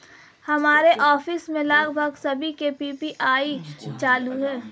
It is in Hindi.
हमारे ऑफिस में लगभग सभी के पी.पी.आई चालू है